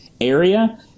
area